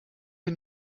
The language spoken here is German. wir